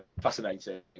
fascinating